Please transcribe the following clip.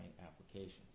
applications